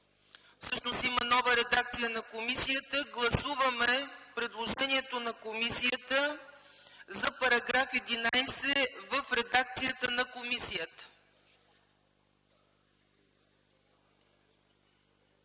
Всъщност има нова редакцията на комисията. Гласуваме предложението на комисията за § 11 в редакцията на комисията.